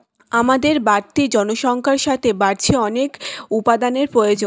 আমাদের বাড়তি জনসংখ্যার সাথে বাড়ছে অনেক উপাদানের প্রয়োজন